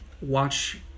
watch